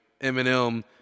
Eminem